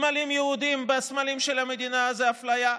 הסמלים היהודיים והסמלים של המדינה זה אפליה,